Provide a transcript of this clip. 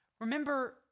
Remember